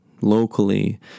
locally